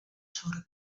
sorda